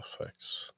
effects